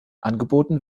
angeboten